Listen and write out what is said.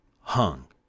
hung